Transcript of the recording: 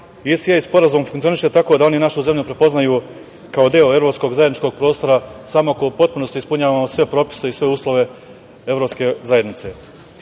Sporazum funkcioniše tako da oni našu zemlju prepoznaju kao deo evropskog zajedničkog prostora samo ako u potpunosti ispunjavamo sve propise i sve uslove Evropske zajednice.